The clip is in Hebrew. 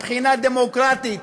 מבחינה דמוקרטית,